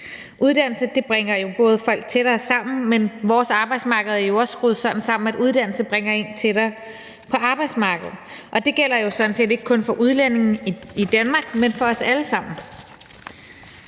Uddannelse bringer folk tættere sammen, men vores arbejdsmarked er jo også skruet sådan sammen, at uddannelse bringer folk tættere på arbejdsmarkedet. Det gælder sådan set ikke kun for udlændinge i Danmark, men for os alle sammen.